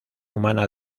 humana